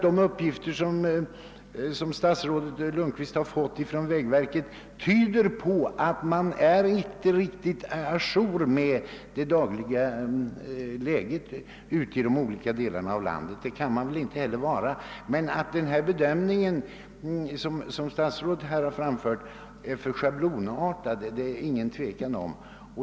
De uppgifter som statsrådet Lundkvist fått från vägverket tyder enligt min mening på att man inte är riktigt å jour med det dagliga läget ute i de olika delarna av landet. Det kan man väl inte heller vara. Men att den bedömning som statsrådet här givit uttryck åt är för schablonartad råder det inget tvivel om.